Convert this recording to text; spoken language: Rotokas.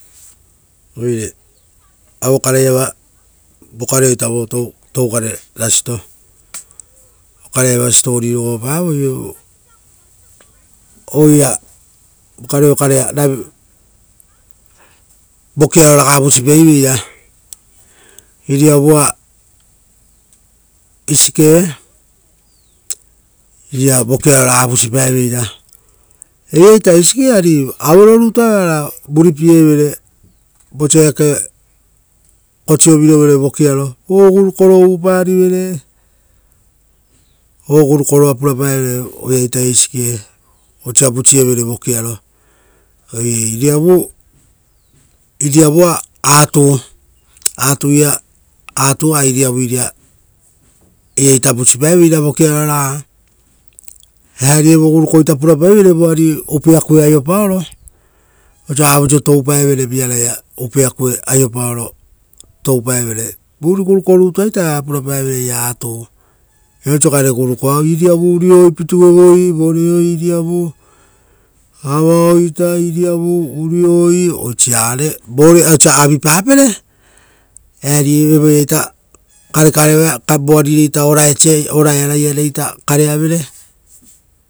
Oire aue kareiava vokareoita votoukare rasito. Okarea iava siposipopavoi. Vokareo okarea vokiaro raga vusipaiveira. Iriavua isiike, iria vokiaro raga vusipaeveira-eiraita isiike ari auero rutua evara oara vuripievere, vosa kosiovirovere vokiaro. Gurukoara uvuparivere oara purapaevere eira isiike vosia vusievere vokiaro. Oire iriavua aatu, aatu a iriavu iria vusipaeve-ira vokiaro raga. Eari evo gurukoita purapaivere voari kue aiopaoro, osa vavoisio toupaevere viaraia upea kue aiopaoro toupaevere, uva vuri guruko-rutua ita eva oa purapaeveire iera aatu viapau oisio gare gurukoa, iriavu urioi pituevoi, voreoi iriavu, oisiraga, vosa avipapere, eari evoeita oraeara-iare kareavere.